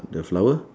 the flower